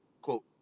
quote